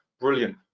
Brilliant